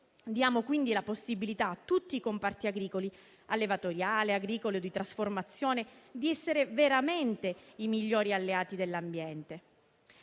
Diamo quindi la possibilità a tutti i comparti agricoli - allevatoriale, agricolo, di trasformazione - di essere veramente i migliori alleati dell'ambiente.